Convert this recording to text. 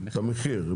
את המחיר.